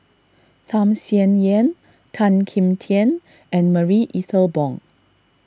Tham Sien Yen Tan Kim Tian and Marie Ethel Bong